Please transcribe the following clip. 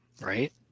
Right